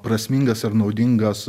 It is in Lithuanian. prasmingas ir naudingas